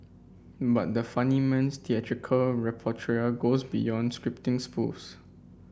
but the funny man's theatrical repertoire goes beyond scripting spoofs